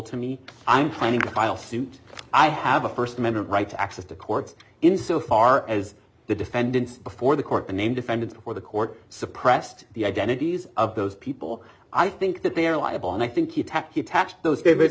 to me i'm planning to file suit i have a st amendment right to access to courts in so far as the defendants before the court the name defendants or the court suppressed the identities of those people i think that they're liable and i think